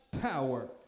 power